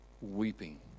weeping